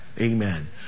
Amen